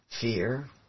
fear